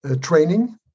training